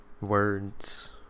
words